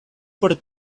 por